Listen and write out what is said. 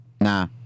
Nah